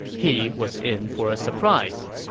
he was in for a surprise.